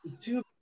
Two